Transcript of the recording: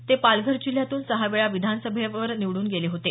ते पालघर जिल्ह्यातून सहा वेळा विधानसभेवर निवडून गेले होते